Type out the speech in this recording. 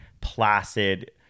placid